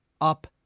up